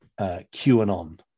QAnon